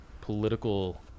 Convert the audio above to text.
political